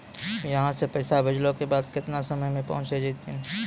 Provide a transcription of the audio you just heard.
यहां सा पैसा भेजलो के बाद केतना समय मे पहुंच जैतीन?